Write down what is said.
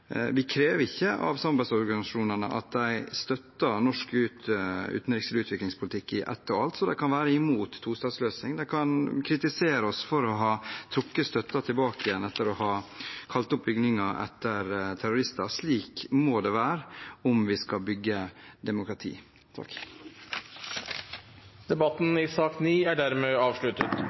Vi krever ikke av samarbeidsorganisasjonene at de støtter norsk utviklingspolitikk i ett og alt. De kan være imot tostatsløsning, og de kan kritisere oss for å ha trukket støtten tilbake etter å ha kalt opp bygninger etter terrorister. Slik må det være om vi skal bygge demokrati. Debatten i sak nr. 9 er avsluttet. Dermed